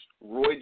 Roy